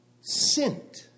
sent